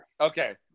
Okay